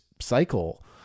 cycle